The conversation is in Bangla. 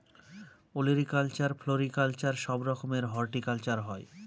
ওলেরিকালচার, ফ্লোরিকালচার সব রকমের হর্টিকালচার হয়